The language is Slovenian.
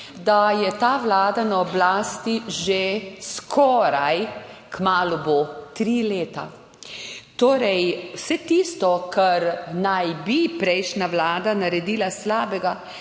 da je ta vlada na oblasti že skoraj kmalu, bo tri leta. Torej, vse tisto, kar naj bi prejšnja vlada naredila slabega